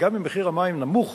וגם אם מחיר המים נמוך